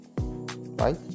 Right